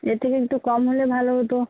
এর থেকে একটু কম নিলে ভালো হতো